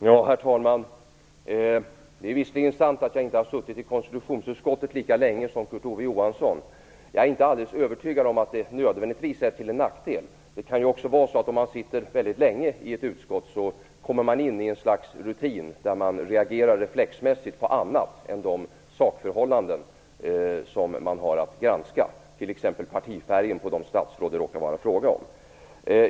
Herr talman! Det är visserligen sant att jag inte har suttit i konstitutionsutskottet lika länge som Kurt Ove Johansson, men jag är inte alldeles övertygad om att det nödvändigtvis är till nackdel. Det kan också vara så att man, om man sitter mycket länge i ett utskott, kommer in i ett slags rutin där man reagerar reflexmässigt på annat än de sakförhållanden som man har att granska, t.ex. partifärgen på de statsråd som det råkar vara fråga om.